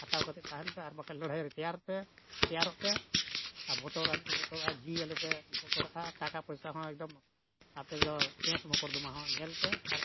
ᱦᱟᱛᱟᱣ ᱠᱟᱛᱮ ᱛᱟᱦᱮᱱ ᱯᱮ ᱟᱨ ᱵᱟᱠᱷᱟᱱ ᱞᱟᱹᱲᱦᱟᱹᱭ ᱨᱮ ᱛᱮᱭᱟᱨ ᱯᱮ ᱛᱮᱭᱟᱨᱚᱜ ᱯᱮ ᱟᱨ ᱵᱚᱛᱚᱨ ᱟᱞᱚᱯᱮ ᱵᱚᱛᱚᱨᱚᱜᱼᱟ ᱡᱤᱣᱤ ᱟᱞᱚᱯᱮ ᱵᱚᱛᱚᱨᱚᱜᱼᱟ ᱴᱟᱠᱟ ᱯᱚᱭᱥᱟᱹ ᱦᱚᱸ ᱮᱠᱫᱚᱢ ᱟᱯᱮ ᱫᱚ ᱠᱮᱥ ᱢᱚᱠᱚᱨ ᱫᱚᱢᱟ ᱦᱚᱸ ᱧᱮᱞ ᱯᱮ ᱟᱨ